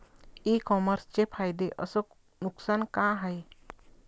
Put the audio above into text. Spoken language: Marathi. इ कामर्सचे फायदे अस नुकसान का हाये